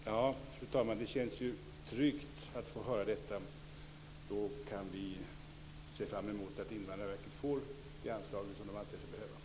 Fru talman! Det känns tryggt att få höra detta. Då kan vi se fram emot att Invandrarverket får det anslag som man anser sig behöva.